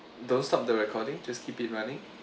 don't stop the recording just keep it running